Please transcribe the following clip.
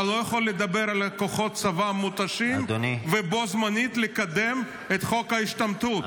אתה לא יכול לדבר על כוחות צבא מותשים ובו זמנית לקדם את חוק ההשתמטות.